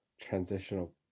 transitional